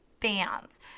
fans